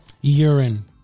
Urine